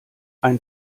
ein